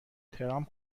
ترامپ